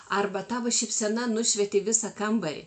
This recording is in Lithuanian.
arba tavo šypsena nušvietė visą kambarį